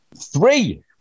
Three